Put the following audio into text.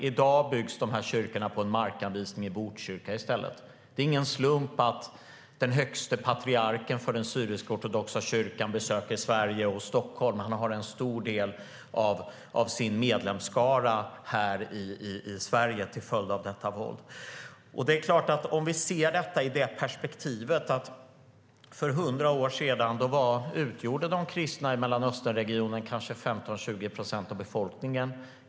I dag byggs dessa kyrkor på en markanvisning i Botkyrka i stället. Det är ingen slump att den högste patriarken för den syrisk-ortodoxa kyrkan besöker Sverige och Stockholm. Hans kyrka har en stor del av sin medlemsskara i Sverige till följd av våldet i regionen. Låt oss se detta i perspektiv. För 100 år sedan utgjorde de kristna i Mellanösternregionen kanske 15-20 procent av befolkningen.